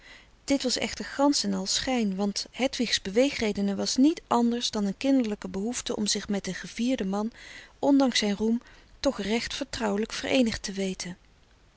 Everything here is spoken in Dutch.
dit was echter gansch en al schijn want hedwigs beweegreden was niet anders dan een kinderlijke behoefte om zich met den gevierden man ondanks zijn roem toch recht vertrouwelijk vereenigd te weten